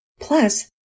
Plus